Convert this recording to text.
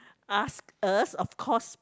ask us of course